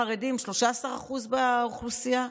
חרדים, 13% באוכלוסייה,